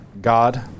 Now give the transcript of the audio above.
god